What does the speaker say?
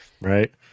Right